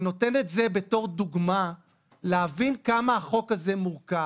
אני נותן את זה כדוגמה כדי להבין כמה החוק הזה מורכב.